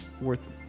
worth